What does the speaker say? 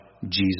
Jesus